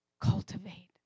cultivate